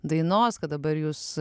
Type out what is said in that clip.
dainos kad dabar jūs